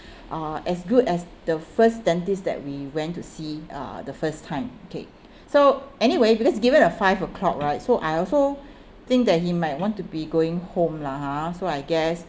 uh as good as the first dentist that we went to see uh the first time okay so anyway because given a five o'clock right so I also think that he might want to be going home lah ha so I guess